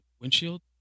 windshield